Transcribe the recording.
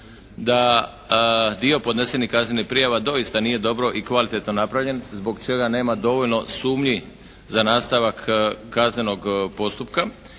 da dio podnesenih kaznenih prijava doista nije dobro i kvalitetno napravljen zbog čega nema dovoljno sumnji za nastavak kaznenog postupka